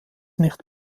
nicht